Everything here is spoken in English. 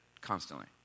constantly